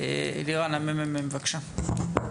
אלירן מה-ממ"מ, בבקשה.